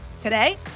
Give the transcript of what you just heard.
today